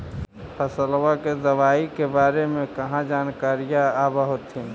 फसलबा के दबायें के बारे मे कहा जानकारीया आब होतीन?